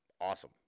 awesome